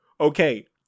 okay